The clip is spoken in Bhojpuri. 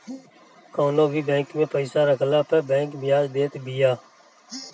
कवनो भी बैंक में पईसा रखला पअ बैंक बियाज देत बिया